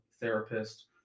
therapist